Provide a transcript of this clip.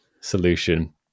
solution